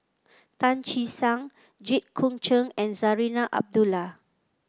Tan Che Sang Jit Koon Ch'ng and Zarinah Abdullah